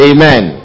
Amen